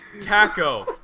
Taco